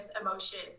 emotion